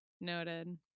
Noted